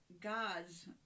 God's